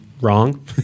wrong